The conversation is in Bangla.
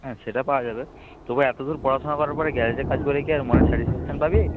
হ্যাঁ সেটা পাওয়া যাবে তবু এত দূর পড়াশোনা করার পরে গ্যারেজে কাজ করে কি আর মনের স্যাটিসফ্যাকশান পাবি